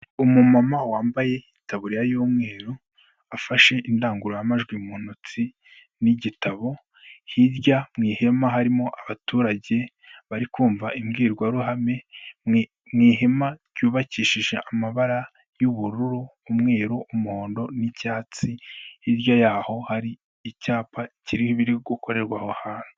Umumama wambaye itaburiya y'umweru, afashe indangururamajwi mu ntoki n'igitabo. Hirya mu ihema harimo abaturage bari kumva imbwirwaruhame mu ihema ryubakishije amabara y'ubururu, umweru, umuhondo n'icyatsi. Hirya y'aho hari icyapa kiriho ibiri gukorerwa aho hantu.